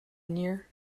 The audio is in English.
near